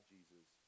Jesus